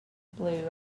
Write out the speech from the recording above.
blue